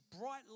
bright